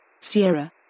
Sierra